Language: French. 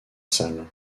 salle